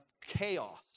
chaos